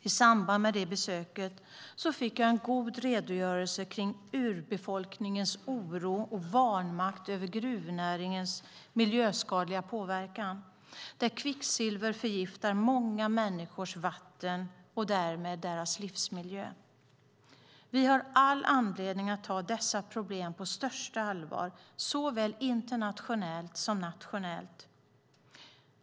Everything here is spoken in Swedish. I samband med besöket fick jag en god redogörelse kring urbefolkningens oro och vanmakt över gruvnäringens miljöskadliga påverkan, där kvicksilver förgiftar många människors vatten och därmed deras livsmiljö. Vi har all anledning att ta dessa problem på största allvar såväl internationellt som nationellt.